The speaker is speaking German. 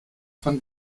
von